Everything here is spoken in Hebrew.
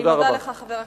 תודה רבה.